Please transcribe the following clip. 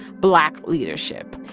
black leadership.